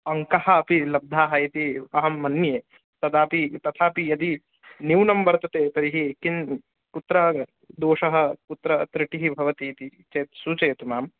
अङ्काः अपि लब्धाः इति अहं मन्ये तदापि तथापि यदि न्यूनं वर्तते तर्हि किङ्कुत्र दोषः कुत्र त्रुटिः भवति इति चेत् सूचयतु मां